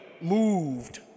moved